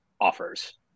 offers